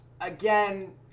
Again